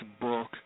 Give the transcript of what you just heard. book